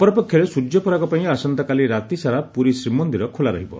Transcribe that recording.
ଅପରପକ୍ଷରେ ସୂର୍ଯ୍ୟପରାଗ ପାଇଁ ଆସନ୍ତାକାଲି ରାତିସାରା ପୁରୀ ଶ୍ରୀମନ୍ଦିର ଖୋଲା ରହିବ